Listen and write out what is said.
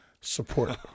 support